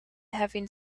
having